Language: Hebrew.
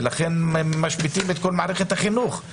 ולכן משביתים את כל מערכת החינוך,